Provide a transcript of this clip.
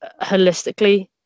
holistically